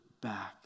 back